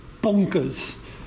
bonkers